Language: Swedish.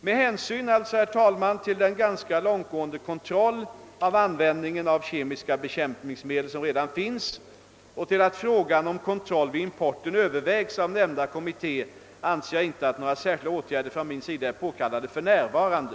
Med hänsyn till den ganska långtgående kontroll av användningen av kemiska bekämpningsmedel som redan finns och till att frågan om kontroll vid importen övervägs av nämnda kommitté anser jag inte att några särskilda åtgärder från min sida är påkallade för närvarande.